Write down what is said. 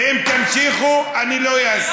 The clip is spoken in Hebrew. ואם תמשיכו, אני לא אהסס.